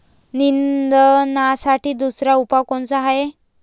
निंदनासाठी दुसरा उपाव कोनचा हाये?